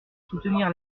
soutenir